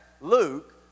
Luke